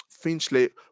Finchley